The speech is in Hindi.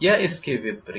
या इसके विपरीत